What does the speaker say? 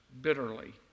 bitterly